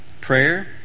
prayer